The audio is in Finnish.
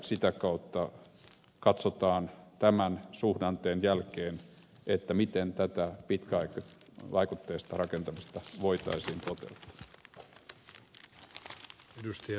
sitä kautta katsotaan tämän suhdanteen jälkeen miten tätä pitkävaikutteista rakentamista voitaisiin toteuttaa